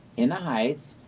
in the heights,